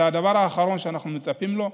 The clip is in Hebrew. זה הדבר האחרון שאנחנו מצפים לו.